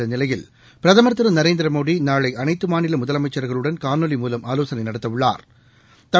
உள்ள நிலையில் பிரகம் திரு நரேந்திரமோடி நாளை அனைத்து மாநிலமுதலமைச்சர்களுடன் காணொலி மூலம் ஆலோசனை நடத்த உள்ளாா்